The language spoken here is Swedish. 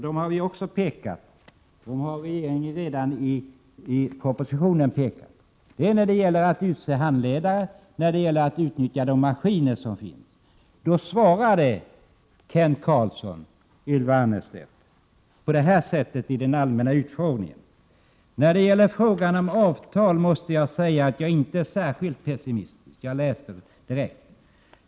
Det har vi pekat på, och det har regeringen gjort redan i propositionen. De behövs när man skall utse handledare och när man skall utnyttja de maskiner som finns. I den allmänna utskottsutfrågningen svarade Kent Karlsson Ylva Annerstedt på detta sätt: ”När det gäller frågan om avtal måste jag säga att jag inte är särskilt pessimistisk.